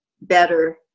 better